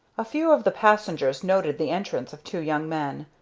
a few of the passengers noted the entrance of two young men,